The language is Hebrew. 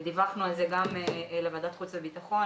דיווחנו על כך גם לוועדת חוץ וביטחון.